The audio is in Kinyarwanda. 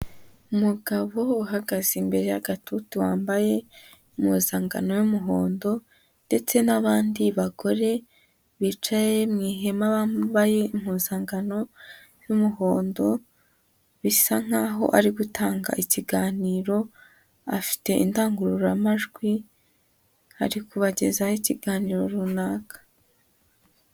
Umugabo uhagaze imbere y'agatutu, wambaye impuzankano y'umuhondo ndetse n'abandi bagore bicaye mu ihema bambaye impuzankano y'umuhondo, bisa nkaho ari gutanga ikiganiro, afite indangururamajwi, ari kubagezaho ikiganiro runaka.